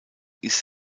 ist